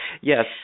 Yes